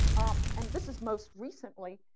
ah and this is most recently,